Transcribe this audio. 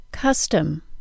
Custom